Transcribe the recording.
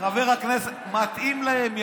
מתאים להם.